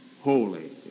holy